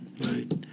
right